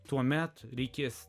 tuomet reikės